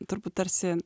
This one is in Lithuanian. turbūt tarsi